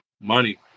Money